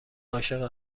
عاشق